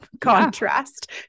contrast